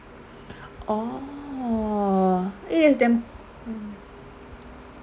orh